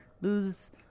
lose